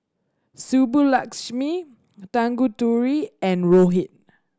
Subbulakshmi Tanguturi and Rohit